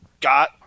got